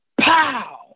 pow